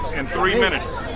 in three minutes!